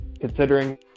considering